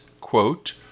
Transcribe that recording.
quote